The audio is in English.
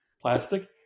plastic